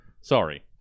sorry